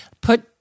put